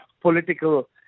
political